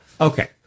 Okay